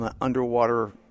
underwater